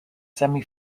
semi